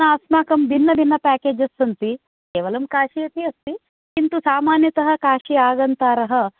न अस्माकं भिन्न भिन्न पैकेजस् सन्ति केवलं काशी अपि अस्ति किन्तु सामान्यतः काशी आगन्तारः